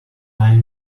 time